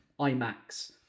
IMAX